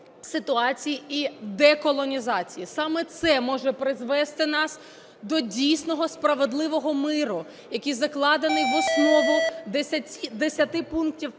ситуації і деколонізації. Саме це може призвести нас до дійсного справедливого миру, який закладений в основу десяти пунктів